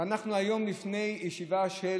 ואנחנו היום לפני ישיבה של